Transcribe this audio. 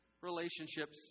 relationships